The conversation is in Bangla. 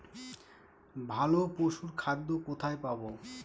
ভালো পশুর খাদ্য কোথায় পাবো?